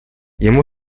ему